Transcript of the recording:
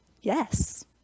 Yes